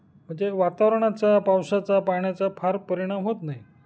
म्हणजे वातावरणाचा पावसाचा पाण्याचा फार परिणाम होत नाही